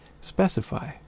specify